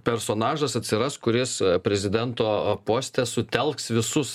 personažas atsiras kuris prezidento poste sutelks visus